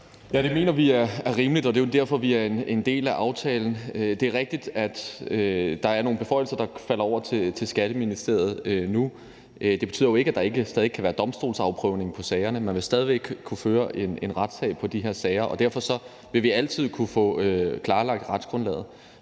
Ja, det mener vi er rimeligt, og det er jo derfor, vi er en del af aftalen. Det er rigtigt, at der er nogle beføjelser, der falder over til Skatteministeriet nu. Det betyder jo ikke, at der ikke stadig kan være domstolsafprøvning på sagerne. Man vil stadig væk kunne føre en retssag på de her sager, og derfor vil vi altid kunne få klarlagt retsgrundlaget.